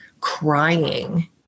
crying